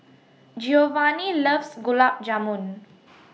Geovanni loves Gulab Jamun